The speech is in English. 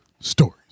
stories